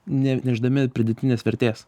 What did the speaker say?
nenešdami pridėtinės vertės